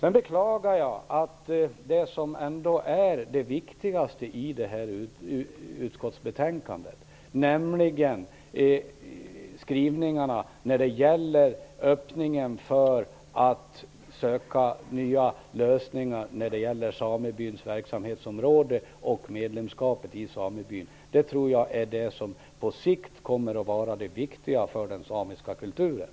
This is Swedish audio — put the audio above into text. Jag beklagar att det som är det viktigaste i det här utskottsbetänkandet, nämligen skrivningarna som gäller öppningen för att söka nya lösningar när det gäller samebyns verksamhetsområde och medlemskapet i samebyn, inte berörs mer. Det tror jag är det som på sikt kommer att vara det viktiga för den samiska kulturen.